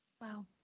Wow